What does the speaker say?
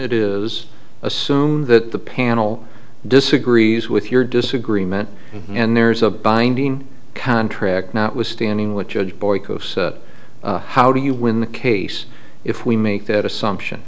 is assume that the panel disagrees with your disagreement and there's a binding contract notwithstanding what judge boyd how do you win the case if we make that assumption